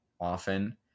often